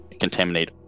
contaminate